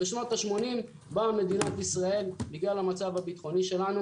בשנות ה-80 באה מדינת ישראל בגלל המצב הביטחוני שלנו